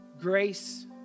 grace